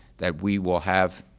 that we will have,